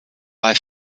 bei